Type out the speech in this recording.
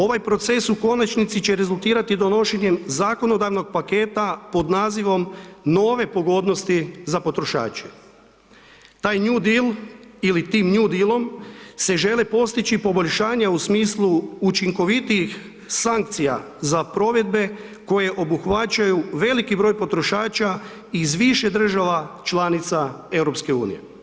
Ovaj proces u konačnici će rezultirati donošenjem zakonodavnog paketa pod nazivom „Nove pogodnosti za potrošače“ taj New Deal ili tim New Deal-om se žele postići poboljšanja u smislu učinkovitijih sankcija za provedbe koje obuhvaćaju veliki broj potrošača iz više država članica EU.